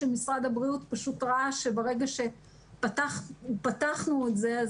שברגע שפתחנו את זה,